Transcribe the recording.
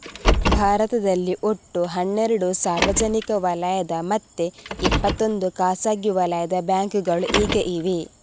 ಭಾರತದಲ್ಲಿ ಒಟ್ಟು ಹನ್ನೆರಡು ಸಾರ್ವಜನಿಕ ವಲಯದ ಮತ್ತೆ ಇಪ್ಪತ್ತೊಂದು ಖಾಸಗಿ ವಲಯದ ಬ್ಯಾಂಕುಗಳು ಈಗ ಇವೆ